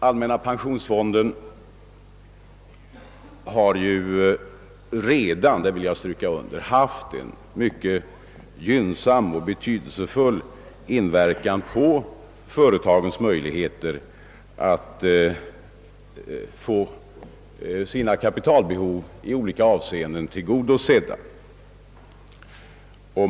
Allmänna pensionsfonden har ju redan — det vill jag betona — haft en mycket gynnsam och betydelsefull inverkan på företagens möjligheter att få sina olika kapitalbehov tillgodosedda.